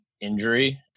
injury